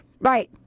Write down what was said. right